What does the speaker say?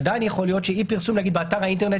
עדיין יכול להיות שאי-פרסום באתר האינטרנט